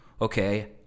okay